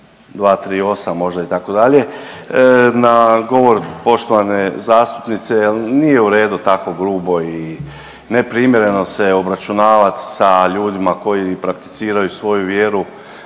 238. možda itd. na govor poštovane zastupnice jel nije u redu tako grubo i neprimjereno se obračunavat sa ljudima koji prakticiraju svoju vjeru